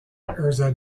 ezra